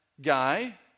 guy